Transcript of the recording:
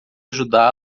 ajudá